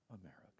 America